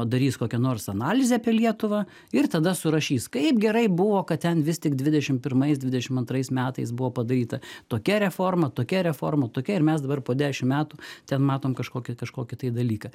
darys kokią nors analizę apie lietuvą ir tada surašys kaip gerai buvo kad ten vis tik dvidešim pirmais dvidešim antrais metais buvo padaryta tokia reforma tokia reforma tokia ir mes dabar po dešim metų ten matom kažkokį kažkokį tai dalyką